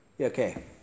Okay